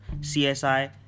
CSI